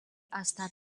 estat